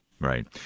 Right